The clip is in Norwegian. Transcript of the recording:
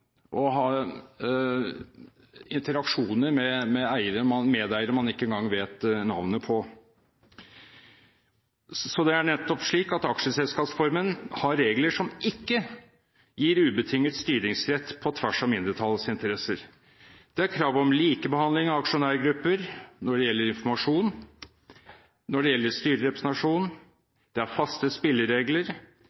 Det er nettopp slik at aksjeselskapsformen har regler som ikke gir ubetinget styringsrett på tvers av mindretallets interesser. Det er krav om likebehandling av aksjonærgrupper når det gjelder informasjon, og når det gjelder styrerepresentasjon.